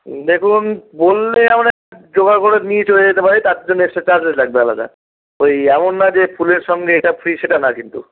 দেখুন বললে আমরা জোগাড় করে নিয়ে চলে যেতে পারি তার জন্য এক্সট্রা চার্জেস লাগবে আলাদা ওই এমন না যে ফুলের সঙ্গে এটা ফ্রী সেটা না কিন্তু